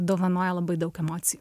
dovanoja labai daug emocijų